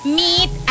meet